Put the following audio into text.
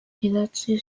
idatzi